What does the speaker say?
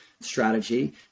strategy